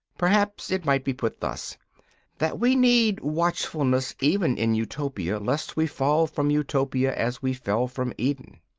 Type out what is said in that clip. perhaps it might be put thus that we need watchfulness even in utopia, lest we fall from utopia as we fell from eden.